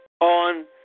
on